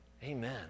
Amen